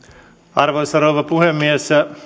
arvoisa rouva puhemies